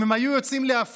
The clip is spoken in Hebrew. אם הם היו יוצאים להפגין,